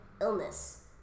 illness